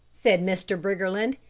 said mr. briggerland.